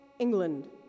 England